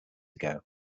ago